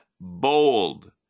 bold